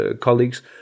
colleagues